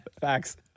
facts